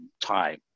time